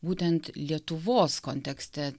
būtent lietuvos kontekste